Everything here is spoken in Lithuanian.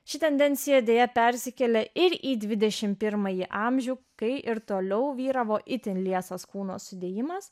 ši tendencija deja persikėlė ir į dvidešim pirmąjį amžių kai ir toliau vyravo itin liesos kūno sudėjimas